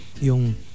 yung